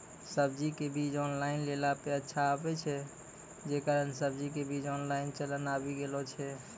सब्जी के बीज ऑनलाइन लेला पे अच्छा आवे छै, जे कारण सब्जी के बीज ऑनलाइन चलन आवी गेलौ छै?